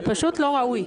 זה פשוט לא ראוי.